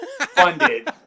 funded